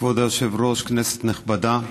כבוד היושב-ראש, כנסת נכבדה,